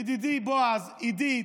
ידידי בועז, עידית,